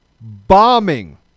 Bombing